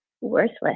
worthless